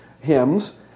hymns